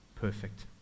Perfect